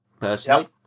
personally